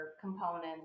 components